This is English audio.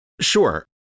Sure